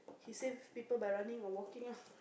he save people by running or walking ah